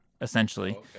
essentially